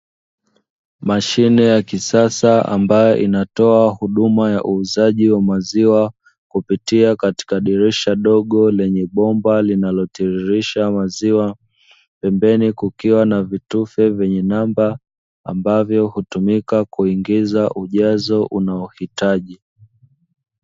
Mashine ya kisasa ambayo inatoa huduma ya uuzaji wa maziwa, kupitia katika dirisha dogo lenye bomba linalotirisisha maziwa, pembeni kukiwa na vitufe vyenye namba ambavyo hutumika kuingiza ujazo unaohitaji.